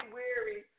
weary